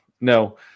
no